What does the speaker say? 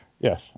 Yes